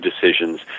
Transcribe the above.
decisions